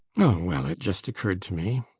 well, it just occurred to me.